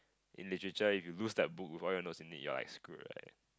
in literature if you lose that book with all your notes in it you're like screwed right